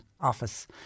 Office